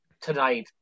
tonight